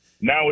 Now